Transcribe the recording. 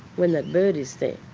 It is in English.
when that bird is there.